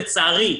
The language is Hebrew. לצערי,